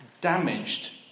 damaged